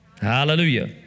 Hallelujah